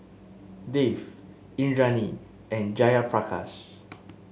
Dev Indranee and Jayaprakash